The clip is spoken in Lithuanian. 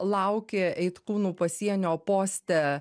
laukė eitkūnų pasienio poste